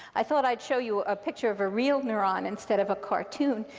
i thought i'd show you a picture of a real neuron instead of a cartoon.